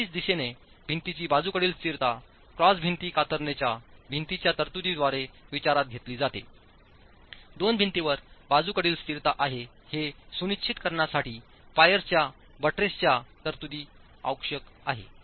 क्षैतिज दिशेने भिंतीची बाजूकडील स्थिरता क्रॉस भिंती कातरणाच्या भिंतींच्या तरतुदीद्वारे विचारात घेतली जातेदोन भिंतींवर बाजूकडील स्थिरता आहे हे सुनिश्चित करण्यासाठी पायर्सच्या बट्रेसच्या तरतुदी आवश्यक आहेत